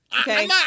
Okay